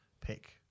pick